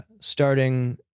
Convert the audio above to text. starting